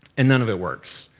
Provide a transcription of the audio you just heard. and none of it works.